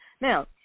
Now